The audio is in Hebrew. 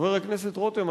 חבר הכנסת רותם,